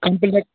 complex